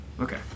Okay